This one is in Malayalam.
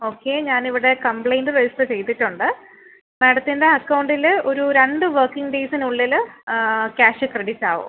ഓക്കെ ഞാൻ ഇവിടെ കംപ്ലയിൻ്റ് രജിസ്റ്റർ ചെയ്തിട്ടുണ്ട് മാഡത്തിൻ്റെ അക്കൗണ്ടിൽ ഒരു രണ്ട് വർക്കിംഗ് ഡേയ്സിനുള്ളിൽ ക്യാഷ് ക്രെഡിറ്റ് ആവും